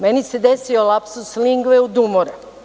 Meni se desio lapsus lingve od umora.